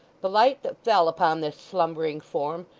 the light that fell upon this slumbering form,